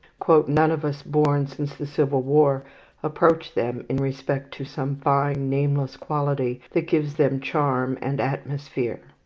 none of us born since the civil war approach them in respect to some fine, nameless quality that gives them charm and atmosphere.